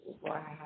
Wow